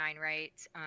right